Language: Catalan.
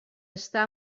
està